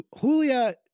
Julia